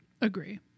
Agree